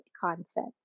concept